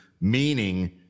meaning –